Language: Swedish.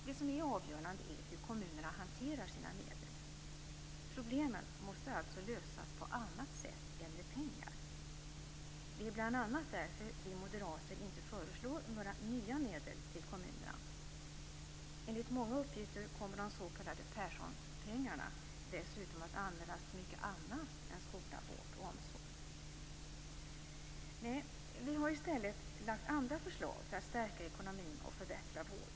Det som är avgörande är hur kommunerna hanterar sina medel. Problemen måste alltså lösas på annat sätt än med pengar. Det är bl.a. därför som vi moderater inte föreslår några nya medel till kommunerna. Enligt många uppgifter kommer de s.k. Perssonpengarna dessutom att användas till mycket annat än skola, vård och omsorg. Nej, vi har i stället lagt fram andra förslag för att stärka ekonomin och förbättra vården.